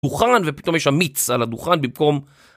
דוכן ופתאום יש שם מיץ על הדוכן במקום.